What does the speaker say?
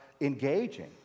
engaging